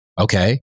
Okay